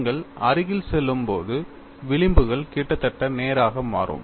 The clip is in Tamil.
நீங்கள் அருகில் செல்லும்போது விளிம்புகள் கிட்டத்தட்ட நேராக மாறும்